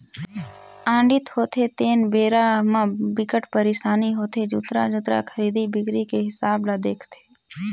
audit होथे तेन बेरा म बिकट परसानी होथे जुन्ना जुन्ना खरीदी बिक्री के हिसाब ल देखथे